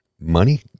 Money